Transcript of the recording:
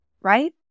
right